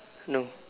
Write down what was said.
no